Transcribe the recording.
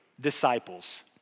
disciples